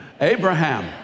Abraham